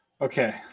Okay